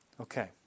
Okay